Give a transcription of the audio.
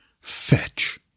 Fetch